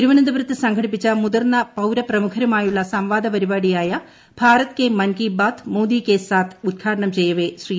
തിരുവനന്തപുരത്ത് സംഘടിപ്പിച്ച മുതിർന്ന പൌരപ്രമുഖരുമായുള്ള സംവാദ പരിപാടിയായ ഭാരത് കെ മൻ കി ബാത്ത് മോദി കെ സാത്ത് ഉദ്ഘാടനം ചെയ്യവെ ശ്രീ